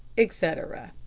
etc.